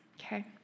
Okay